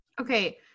Okay